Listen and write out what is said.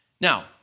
Now